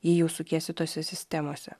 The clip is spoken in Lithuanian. jei jau sukiesi tose sistemose